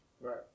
Right